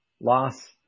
loss